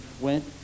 went